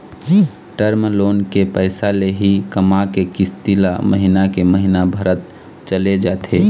term loan के पइसा ले ही कमा के किस्ती ल महिना के महिना भरत चले जाथे